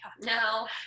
no